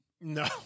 No